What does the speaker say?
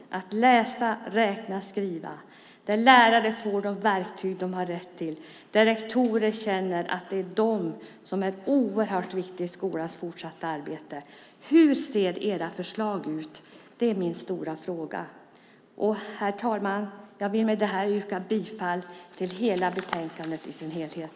Det handlar om att läsa, räkna och skriva och om att lärare får de verktyg de har rätt till och om att rektorer känner att de är oerhört viktiga i skolans fortsatta arbete. Hur ser era förslag ut? Det är min stora fråga. Herr talman! Jag vill med det här yrka bifall till förslaget i betänkandet i sin helhet.